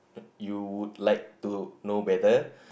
you would like to know better